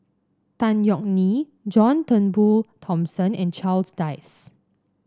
Tan Yeok Nee John Turnbull Thomson and Charles Dyce